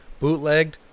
bootlegged